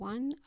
One